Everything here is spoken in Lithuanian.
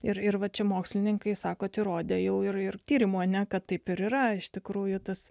ir ir va čia mokslininkai sako įrodė jau ir tyrimo ne kad taip ir yra iš tikrųjų tas